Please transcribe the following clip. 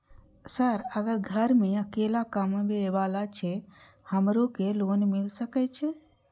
Sir अगर घर में अकेला कमबे वाला छे हमरो के लोन मिल सके छे?